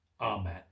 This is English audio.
Amen